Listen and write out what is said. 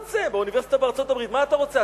באוניברסיטה בארצות-הברית: מה אתה רוצה?